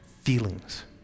feelings